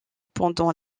pendant